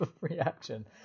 reaction